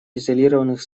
изолированных